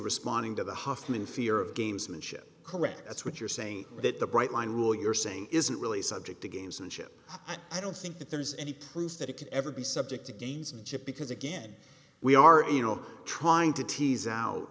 responding to the huffman fear of gamesmanship correct that's what you're saying that the bright line rule you're saying isn't really subject to gamesmanship i don't think that there is any proof that it could ever be subject to gains and just because again we are you know trying to tease out